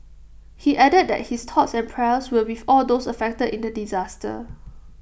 he added that his thoughts and prayers were with all those affected in the disaster